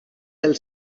del